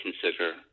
consider –